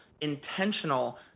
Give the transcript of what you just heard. intentional